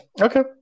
Okay